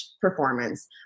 performance